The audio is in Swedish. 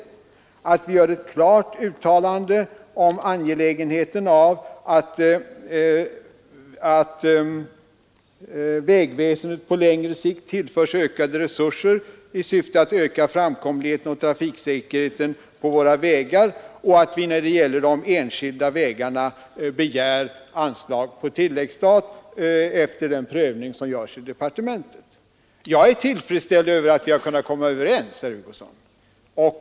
För det tredje har vi velat klart uttala angelägenheten av att vägväsendet på längre sikt tillförs ökade resurser i syfte att öka framkomligheten och trafiksäkerheten på våra vägar. När det slutligen gäller de enskilda vägarna har vi begärt anslag på tilläggsstat efter den prövning som görs i departementet. Jag är glad över att vi har kunnat komma överens, herr Hugosson.